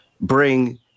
bring